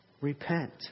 Repent